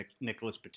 Nicholas